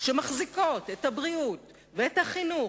שמחזיקות את הבריאות, ואת החינוך,